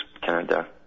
Canada